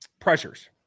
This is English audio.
pressures